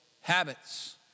habits